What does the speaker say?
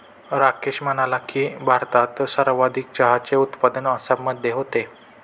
राकेश म्हणाला की, भारतात सर्वाधिक चहाचे उत्पादन आसाममध्ये होते